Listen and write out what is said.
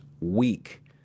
weak